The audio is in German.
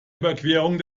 überquerung